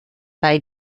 bei